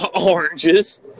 Oranges